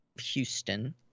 Houston